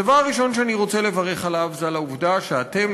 הדבר הראשון שאני רוצה לברך עליו הוא העובדה שאתם,